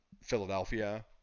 Philadelphia